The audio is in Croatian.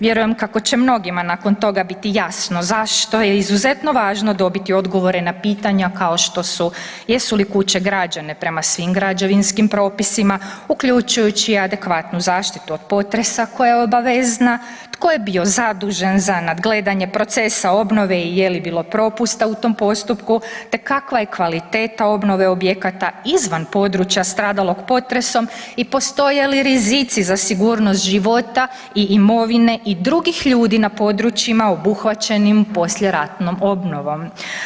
Vjerujem kako će mnogima nakon toga biti jasno zašto je izuzetno važno dobiti odgovore na pitanja kao što su jesu li kuće građene prema svim građevinskim propisima uključujući i adekvatnu zaštitu od potresa koja je obavezna, tko je bio zadužen za nadgledanje procesa obnove i je li bilo propusta u tom postupku te kakva je kvaliteta obnove objekata izvan područja stradalog potresom i postoje li rizici za sigurnost života i imovine i drugih ljudi na područjima obuhvaćenim poslijeratnom obnovom.